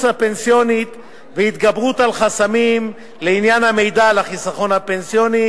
הפנסיוני והתגברות על חסמים לעניין המידע על החיסכון הפנסיוני,